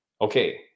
Okay